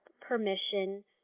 permission